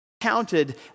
counted